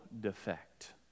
defect